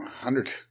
hundred